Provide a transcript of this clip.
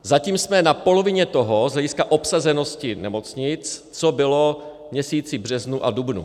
Zatím jsme na polovině toho z hlediska obsazenosti nemocnic, co bylo v měsíci březnu a dubnu.